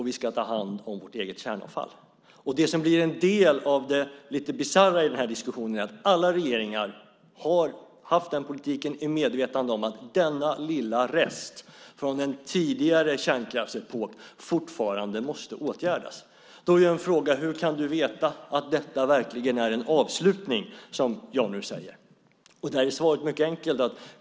Vi ska ta hand om vårt eget kärnavfall. Det som blir en del av det lite bisarra i den här diskussionen är att alla regeringar har haft den politiken i medvetande om att denna lilla rest från en tidigare kärnkraftsepok fortfarande måste åtgärdas. Då är en fråga: Hur kan du veta att detta verkligen är en avslutning, som jag nu säger? Svaret är mycket enkelt.